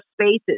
spaces